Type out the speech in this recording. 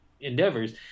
endeavors